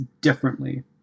differently